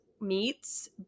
meats